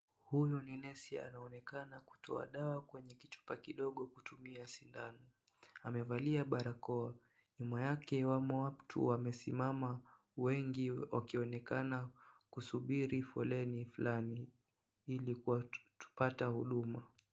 Huyu ni nesi anaonekana kutoa dawa kwenye kichupa kidogo kutumia sindano. Amevalia barakoa ,nyuma yake wamo watu wamesimama wengi wakionekana kusubiri foleni fulani ili kupata huduma.